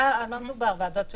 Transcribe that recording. מדובר על ועדת שחרורים?